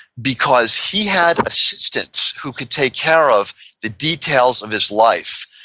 because he had assistants who could take care of the details of his life.